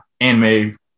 anime